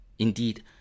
Indeed